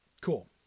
Cool